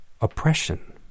oppression